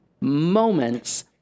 moments